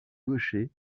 gaucher